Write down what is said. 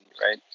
right